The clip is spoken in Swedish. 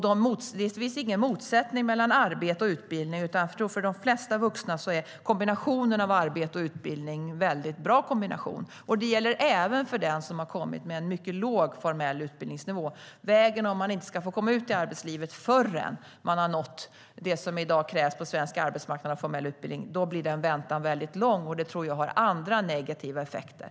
Det finns ingen motsättning mellan arbete och utbildning, utan för de flesta vuxna är en kombination av arbete och utbildning bra. Det gäller även för den som har kommit hit och har en mycket låg formell utbildningsnivå. Om man inte får komma ut i arbetslivet förrän man har nått det som i dag krävs på svensk arbetsmarknad när det gäller formell utbildning blir väntan väldigt lång, och det tror jag får andra negativa effekter.